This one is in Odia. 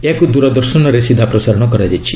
ଏହାକୁ ଦୂରଦର୍ଶନରେ ସିଧା ପ୍ରସାରଣ କରାଯାଇଛି